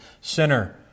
Sinner